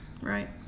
Right